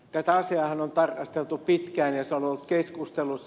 tätä se on ollut keskustelussa